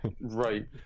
right